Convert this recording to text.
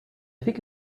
think